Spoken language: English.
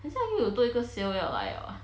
很像又有多一个 sale 要来 liao eh